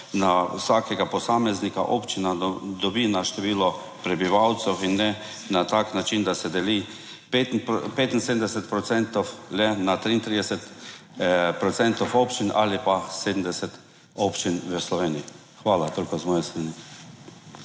na vsakega posameznika občina dobi na število prebivalcev in ne na tak način, da se deli 75 procentov le na 33 procentov občin ali pa 70 občin v Sloveniji. Hvala. Toliko z moje strani.